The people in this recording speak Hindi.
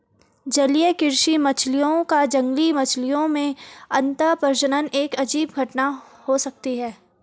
जलीय कृषि मछलियों का जंगली मछलियों में अंतःप्रजनन एक अजीब घटना हो सकती है